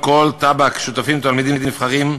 באלכוהול ובטבק שותפים תלמידים נבחרים,